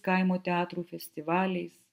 kaimo teatrų festivaliais